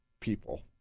people